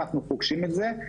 ואנחנו פוגשים את זה.